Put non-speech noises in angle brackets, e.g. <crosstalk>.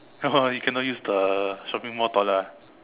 <laughs> you cannot use the shopping Mall toilet ah